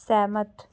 सैह्मत